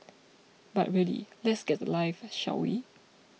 but really let's get a life shall we